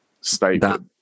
statement